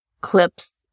clips